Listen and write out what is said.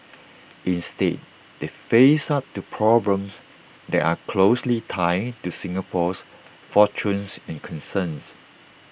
instead they face up to problems that are closely tied to Singapore's fortunes and concerns